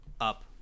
up